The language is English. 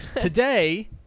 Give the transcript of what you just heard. Today